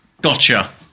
Gotcha